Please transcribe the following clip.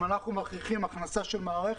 אם אנחנו מכריחים הכנסה של מערכת,